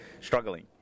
struggling